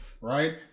right